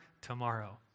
tomorrow